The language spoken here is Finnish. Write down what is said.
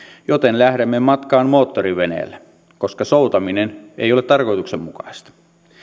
joten lähdemme matkaan moottoriveneellä koska soutaminen ei ole tarkoituksenmukaista